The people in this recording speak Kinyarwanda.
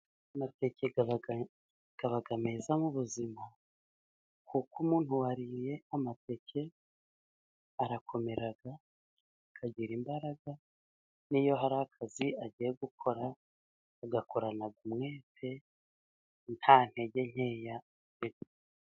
Amateke aba meza mu buzima, kuko umuntu wariye amateke arakomera akagira imbaraga. N'iyo hari akazi agiye gukora agakorana umwete nta ntege nkeya pe.